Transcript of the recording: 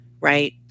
right